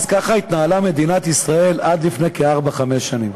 אז ככה התנהלה מדינת ישראל עד לפני ארבע-חמש שנים.